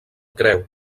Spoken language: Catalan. creu